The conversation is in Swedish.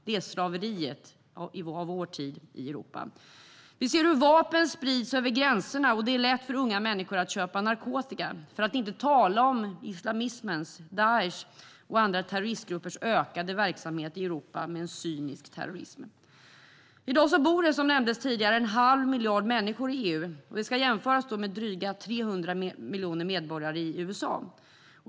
Det är slaveri av vår tid i Europa.I dag bor, som nämndes tidigare, en halv miljard människor i EU. Det ska jämföras med dryga 300 miljoner medborgare i USA.